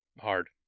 hard